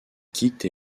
quitte